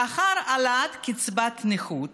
לאחר העלאת קצבת הנכות